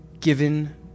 given